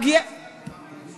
בכמה מייצאים?